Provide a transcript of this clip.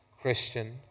Christian